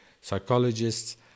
psychologists